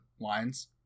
lines